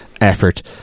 effort